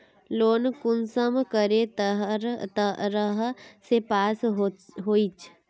Loan कुंसम करे तरह से पास होचए?